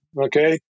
Okay